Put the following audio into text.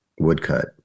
woodcut